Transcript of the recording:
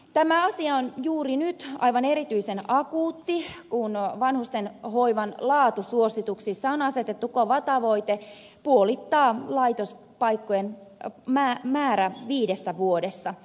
tämä asia on juuri nyt aivan erityisen akuutti kun vanhustenhoivan laatusuosituksissa on asetettu kova tavoite puolittaa laitospaikkojen määrä viidessä vuodessa